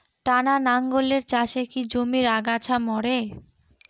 টানা লাঙ্গলের চাষে কি জমির আগাছা মরে?